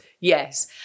yes